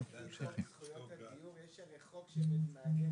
אפשר לשכור מעלון זמני?